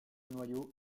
noyau